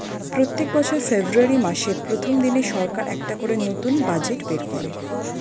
প্রত্যেক বছর ফেব্রুয়ারি মাসের প্রথম দিনে সরকার একটা করে নতুন বাজেট বের করে